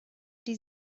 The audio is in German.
die